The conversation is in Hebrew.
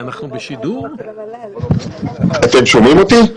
אתם שומעים אותי?